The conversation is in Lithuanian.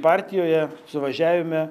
partijoje suvažiavime